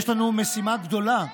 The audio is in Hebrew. יש לנו משימה גדולה,